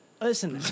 listen